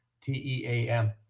T-E-A-M